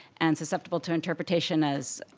and susceptible to interpretation as